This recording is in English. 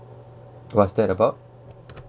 what's that about